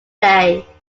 day